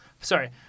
sorry